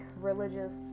religious